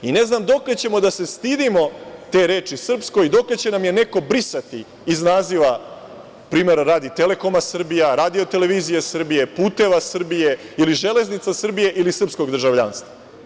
Ne znam dokle ćemo da se stidimo te reči „srpsko“ i dokle će nam je neko brisati iz naziva, primera radi, „Telekoma Srbija“, RTS, „Puteva Srbije“ ili „Železnica Srbije“ ili srpskog državljanstva?